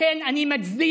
שלישית אני אסביר: